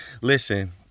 listen